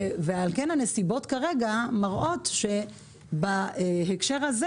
ועל כן הנסיבות כרגע מראות שבהקשר הזה,